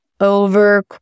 over